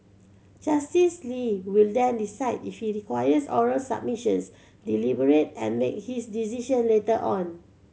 Justice Lee will then decide if he requires oral submissions deliberate and make his decision later on